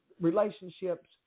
relationships